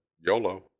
yolo